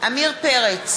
עמיר פרץ,